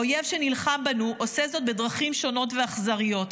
האויב שנלחם בנו עושה זאת בדרכים שונות ואכזריות,